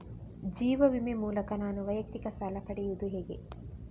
ಜೀವ ವಿಮೆ ಮೂಲಕ ನಾನು ವೈಯಕ್ತಿಕ ಸಾಲ ಪಡೆಯುದು ಹೇಗೆ?